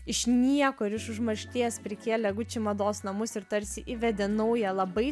iš niekur iš užmaršties prikėlė gucci mados namus ir tarsi įvedė naują labai